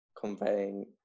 conveying